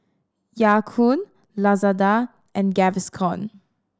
Ya Kun Lazada and Gaviscon